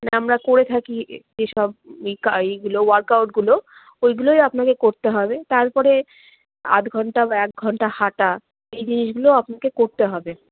মানে আমরা করে থাকি এ এসব বিকা এইগুলো ওয়ার্ক আউটগুলো ওইগুলোই আপনাকে করতে হবে তার পরে আধ ঘণ্টা বা এক ঘণ্টা হাঁটা এই জিনিসগুলোও আপনাকে করতে হবে